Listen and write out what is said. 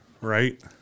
right